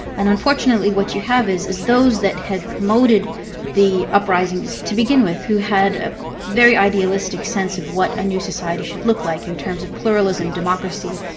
and unfortunately what you have is, is those that had promoted the uprisings to begin with, who had a very idealistic sense of what a new society should look like in terms of pluralism, democracy,